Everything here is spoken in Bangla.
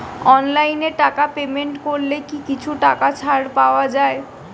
অনলাইনে টাকা পেমেন্ট করলে কি কিছু টাকা ছাড় পাওয়া যায়?